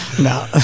No